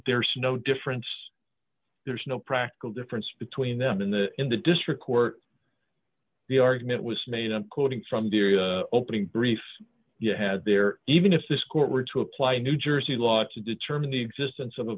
there's no difference there's no practical difference between them in the in the district court the argument was made i'm quoting from syria opening brief you have there even if this court were to apply a new jersey law to determine the existence of